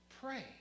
Pray